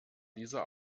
dieser